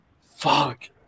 Fuck